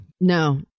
No